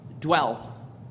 dwell